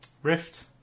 Rift